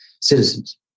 citizens